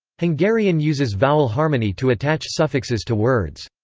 hungarian uses vowel harmony to attach suffixes to words.